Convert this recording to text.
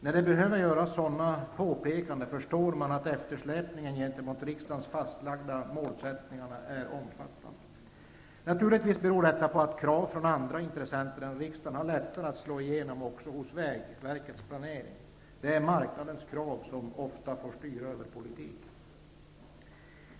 När sådana påpekanden behöver göras, förstår man att eftersläpningen gentemot riksdagens fastlagda målsättningar är omfattande. Naturligtvis beror detta på att krav från andra intressenter än riksdagen har lättare att slå igenom även hos vägverket vid dess planering. Marknadens krav styr ofta över politiken.